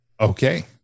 Okay